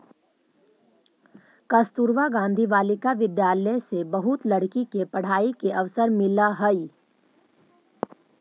कस्तूरबा गांधी बालिका विद्यालय से बहुत लड़की के पढ़ाई के अवसर मिलऽ हई